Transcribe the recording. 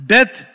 Death